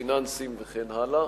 פיננסים וכן הלאה.